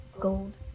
gold